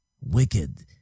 Wicked